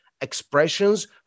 expressions